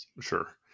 Sure